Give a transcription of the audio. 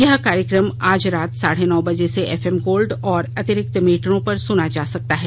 यह कार्यक्रम आज रात साढे नौ बजे से एफ एम गोल्ड और अतिरिक्त मीटरों पर सुना जा सकता है